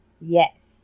yes